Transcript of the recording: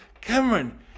Cameron